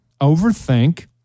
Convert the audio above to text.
overthink